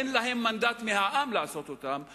אין להם מנדט מהעם לעשות אותם,